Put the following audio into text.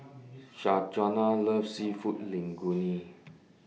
loves Seafood Linguine